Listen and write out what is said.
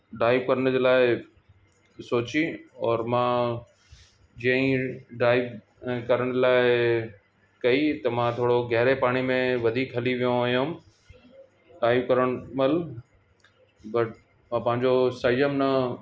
dive करण जे लाइ सोची और मां जीअं ई डाइव करण लाइ कई त मां थोरो गहिरे पाणीअ में वधीक हली वियो हुयुमि डाइव करण महिल बट मां पंहिंजो संयम न